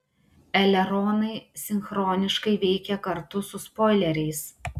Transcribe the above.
eleronai sinchroniškai veikia kartu su spoileriais